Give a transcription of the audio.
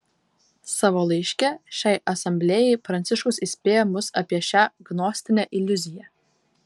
savo laiške šiai asamblėjai pranciškus įspėja mus apie šią gnostinę iliuziją